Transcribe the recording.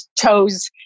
chose